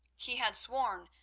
he had sworn,